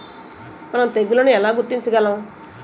మనం తెగుళ్లను ఎలా గుర్తించగలం?